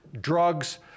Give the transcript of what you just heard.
drugs